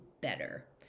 better